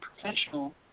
professional